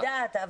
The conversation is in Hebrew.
אני יודעת,